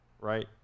right